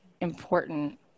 important